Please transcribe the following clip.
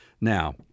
Now